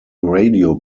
radio